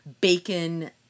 bacon